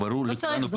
הוא ברור לכולנו.